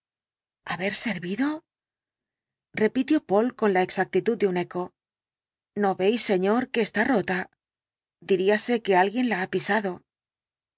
haber servido repitió poole con la exactitud de un eco no veis señor que está rota diríase que alguien la ha pisado